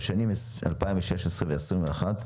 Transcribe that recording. בשנים 2016 ו-2021,